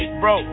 bro